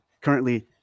currently